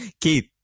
Keith